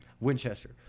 Winchester